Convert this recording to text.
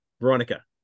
Veronica